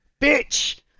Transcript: Bitch